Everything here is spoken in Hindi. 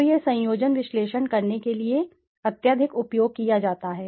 तो यह संयोजन विश्लेषण करने के लिए अत्यधिक उपयोग किया जाता है